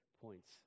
points